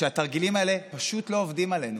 שהתרגילים האלה פשוט לא עובדים עלינו.